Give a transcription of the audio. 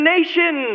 Nation